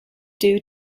due